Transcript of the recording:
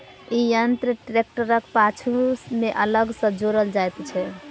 ई यंत्र ट्रेक्टरक पाछू मे अलग सॅ जोड़ल जाइत छै